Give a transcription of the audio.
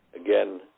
again